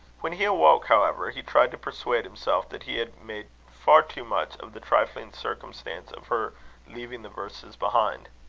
when he awoke, however, he tried to persuade himself that he had made far too much of the trifling circumstance of her leaving the verses behind.